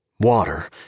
Water